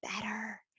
better